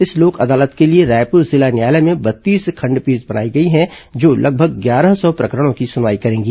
इस लोक अदालत के लिए रायपुर जिला न्यायालय में बत्तीस खंडपीठ बनाई गई है जो लगभग ग्यारह सौ प्रकरणों की सुनवाई करेंगी